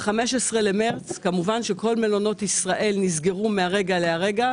ב-15 במרץ כמובן שכל מלונות ישראל נסגרו מהרגע להרגע,